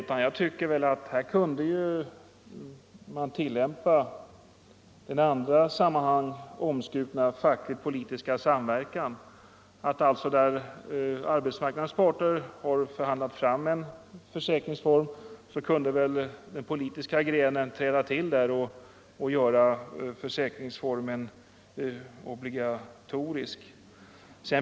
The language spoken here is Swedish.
Här kan man ha den i andra sammanhang så omskrutna facklig-politiska samverkan. Där arbetsmarknadens parter har förhandlat fram en försäkringsform kunde den politiska grenen träda till och göra försäkringsformen obligatorisk.